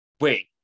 wait